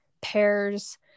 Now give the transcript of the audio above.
pears